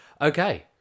Okay